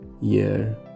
year